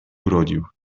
urodził